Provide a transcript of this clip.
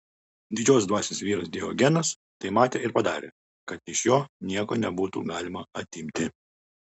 didžios dvasios vyras diogenas tai matė ir padarė kad iš jo nieko nebūtų galima atimti